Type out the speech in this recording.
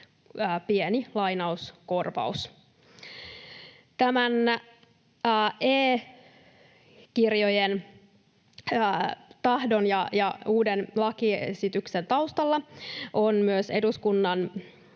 pieni lainauskorvaus. Tämän tahdon ja e-kirjojen uuden lakiesityksen taustalla on myös eduskunnan